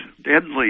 deadly